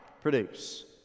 produce